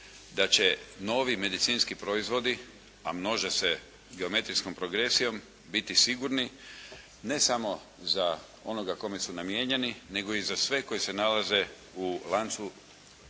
da će novi medicinski proizvodi, a množe se geometrijskom progresijom biti sigurni ne samo za onoga kome su namijenjeni, nego i za sve koji se nalaze u lancu